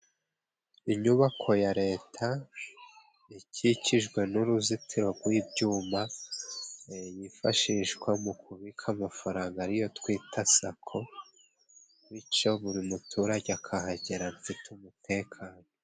Inyubako ya Leta ikikijwe n'uruzitiro rw'ibyuma, yifashishwa mu kubika amafaranga ariyo twita Sako bico buri muturage akahagera afite umutekano.